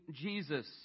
Jesus